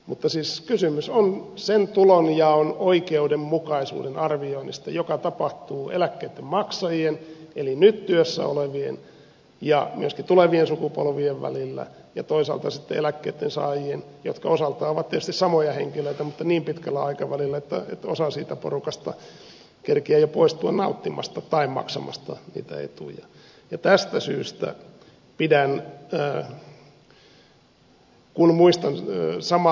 mutta siis kysymys on sen tulonjaon oikeudenmukaisuuden arvioinnista joka tapahtuu eläkkeiden maksajien eli nyt työssä olevien ja myöskin tulevien sukupolvien välillä ja toisaalta sitten eläkkeensaajien jotka osaltaan ovat tietysti samoja henkilöitä mutta niin pitkällä aikavälillä että osa siitä porukasta kerkiää jo poistua nauttimasta tai maksamasta niitä etuja ja tästä syystä pidän